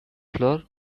floor